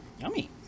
Yummy